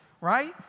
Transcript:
right